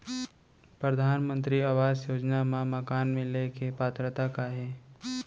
परधानमंतरी आवास योजना मा मकान मिले के पात्रता का हे?